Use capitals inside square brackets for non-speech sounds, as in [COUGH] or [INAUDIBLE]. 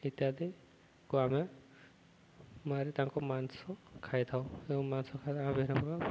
ଇତ୍ୟାଦିକୁ ଆମେ ମାରି ତାଙ୍କୁ ମାଂସ ଖାଇଥାଉ ଏବଂ ମାଂସ ଖାଇ [UNINTELLIGIBLE]